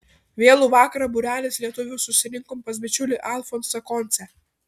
vėlų vakarą būrelis lietuvių susirinkom pas bičiulį alfonsą koncę